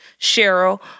Cheryl